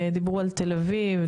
דיברו על תל אביב,